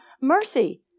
Mercy